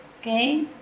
okay